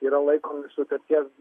yra laikomi sutarties